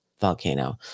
volcano